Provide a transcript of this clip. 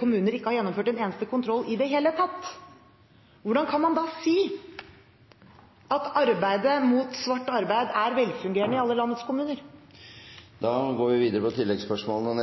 kommuner ikke har gjennomført en eneste kontroll i det hele tatt, hvordan kan man da si at arbeidet mot svart arbeid er velfungerende i alle landets kommuner? Heidi Greni – til oppfølgingsspørsmål.